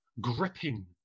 gripping